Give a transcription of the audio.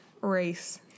race